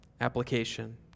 application